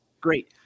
Great